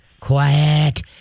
quiet